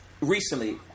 recently